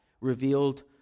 revealed